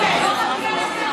חולים אסף הרופא?